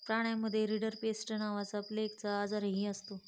प्राण्यांमध्ये रिंडरपेस्ट नावाचा प्लेगचा आजारही असतो